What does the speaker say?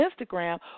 Instagram